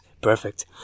perfect